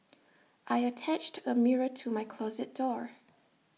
I attached A mirror to my closet door